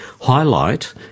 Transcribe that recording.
highlight